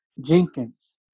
Jenkins